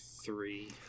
three